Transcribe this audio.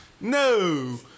No